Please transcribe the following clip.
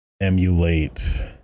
emulate